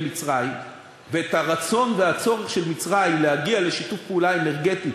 מצרים ואת הרצון והצורך של מצרים להגיע לשיתוף פעולה אנרגטי